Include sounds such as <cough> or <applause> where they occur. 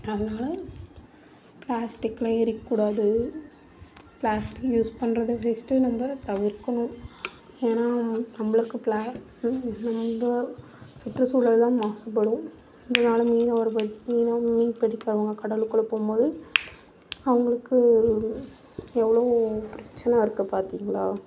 அதனால் பிளாஸ்டிக்லாம் எரிக்க கூடாது பிளாஸ்டிக் யூஸ் பண்ணுறது ஃபர்ஸ்ட்டு நம்ப தவிர்க்கணும் ஏன்னா நம்பளுக்கு <unintelligible> சுற்றுசூழல்தான் மாசுபடும் இதனால் மீனவர்கள் மீன் பிடிக்க அவங்க கடலுக்குள்ளே போம்போது அவங்களுக்கு எவ்வளோ பிரச்சனை இருக்கு பார்த்தீங்களா